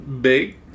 big